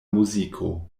muziko